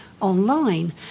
online